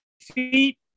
feet